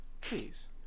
please